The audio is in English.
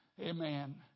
Amen